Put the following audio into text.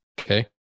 Okay